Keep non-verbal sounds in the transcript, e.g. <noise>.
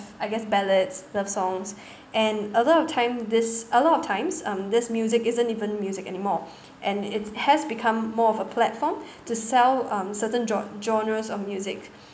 I guess ballads love songs <breath> and a lot of time this a lot of times um this music isn't even music anymore <breath> and it has become more of a platform <breath> to sell um certain gen~ genres of music